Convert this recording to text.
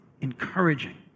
encouraging